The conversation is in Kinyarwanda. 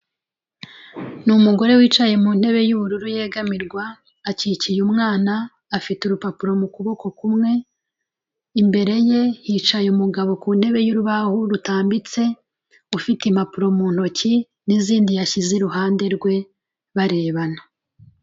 Ni umugore wicaye mu ntebe yubururu yegamirwa, akikiye umwana, afite urupapuro mu kuboko kumwe, imbere ye hicaye umugabo ku ntebe y'urubaho rutambitse, ufite impapuro mu ntoki n'izindi yashyize iruhande rwe, barebana.